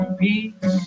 peace